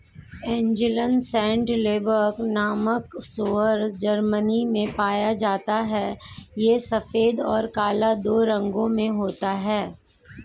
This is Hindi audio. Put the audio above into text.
एंजेलन सैडलबैक नामक सूअर जर्मनी में पाया जाता है यह सफेद और काला दो रंगों में होता है